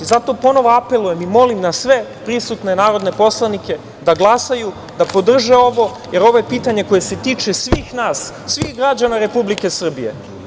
Zato ponovo apelujem i molim na sve prisutne narodne poslanike da glasaju, da podrže ovo, jer ovo je pitanje koje se tiče svih nas, svih građana Republike Srbije.